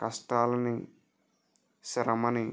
కష్టాలని శ్రమని